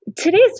Today's